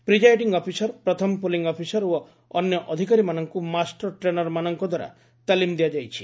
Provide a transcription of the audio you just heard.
presiding officer ପ୍ରଥମ polling officer ଓ ଅନ୍ୟ ଅଧିକାରୀମାନଙ୍କୁ ମାଷ୍ଟର ଟ୍ରେନରମାନଙ୍କ ଦ୍ୱାରା ତାଲିମ ଦିଆଯାଉଛି